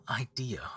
idea